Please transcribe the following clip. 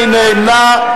מי נמנע?